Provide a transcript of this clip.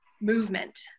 movement